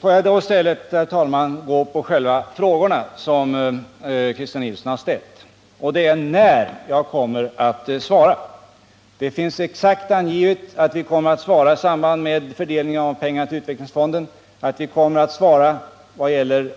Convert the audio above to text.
När det gäller de frågor som Christer Nilsson ställt är det exakt angivet att svaret kommer att lämnas i sambind med fördelningen av pengar till utvecklingsfonden och, vad gäller